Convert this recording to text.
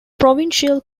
provincial